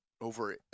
over